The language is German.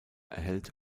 erhält